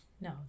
No